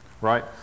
right